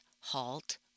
halt